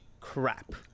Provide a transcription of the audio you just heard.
crap